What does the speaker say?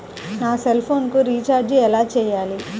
నా సెల్ఫోన్కు రీచార్జ్ ఎలా చేయాలి?